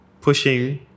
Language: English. pushing